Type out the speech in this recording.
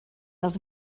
els